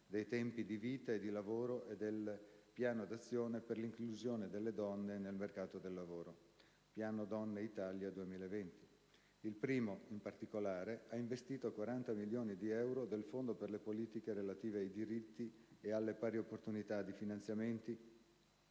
dei tempi di vita e di lavoro e il Piano d'azione per l'inclusione delle donne nel mercato del lavoro (il cosiddetto Piano donne Italia 2020). Il primo, in particolare, ha investito 40 milioni di euro del Fondo per le politiche relative ai diritti e alle pari opportunità in finanziamenti